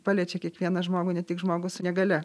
paliečia kiekvieną žmogų ne tik žmogų su negalia